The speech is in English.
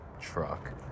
truck